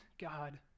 God